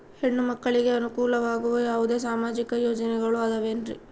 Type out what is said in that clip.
ಹೆಣ್ಣು ಮಕ್ಕಳಿಗೆ ಅನುಕೂಲವಾಗುವ ಯಾವುದೇ ಸಾಮಾಜಿಕ ಯೋಜನೆಗಳು ಅದವೇನ್ರಿ?